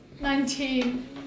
Nineteen